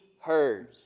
heard